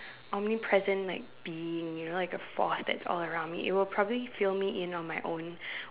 omnipresent like being you know like a force that's all around me it'll probably fill me in on my own